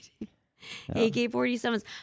AK-47s